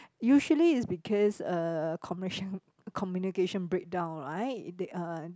usually it's because uh communication communication breakdown right uh